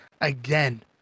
again